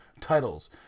titles